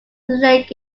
lake